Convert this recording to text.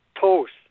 toast